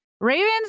Ravens